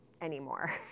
anymore